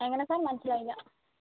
എങ്ങനെ സർ മനസിലായില്ല